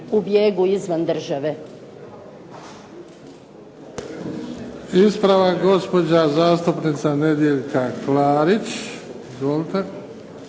u bijegu izvan države.